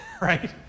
right